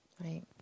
Right